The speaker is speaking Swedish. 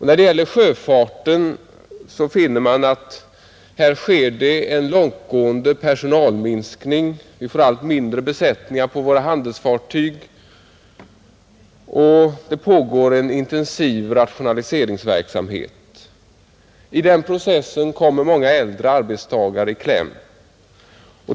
Inom sjöfarten sker det en långtgående personalminskning, Vi får allt mindre besättningar på våra handelsfartyg, och det pågår en intensiv rationaliseringsverksamhet. I den processen kommer många äldre arbetstagare i kläm.